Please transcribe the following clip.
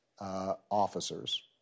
officers